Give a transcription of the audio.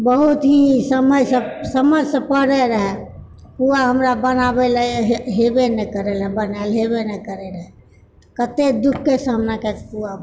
बहुत ही समयसँ समझसँ परे रहए पुआ हमरा बनाबै लए हेबे नहि करए बनाएल हेबे नहि करए रहए कते दुखके सामना कए कऽ पुआ बनेलहुँ